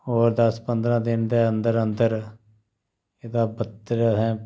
होर दस पंदरां दिन दे अन्दर अन्दर एह्दा बत्तर असैं